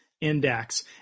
Index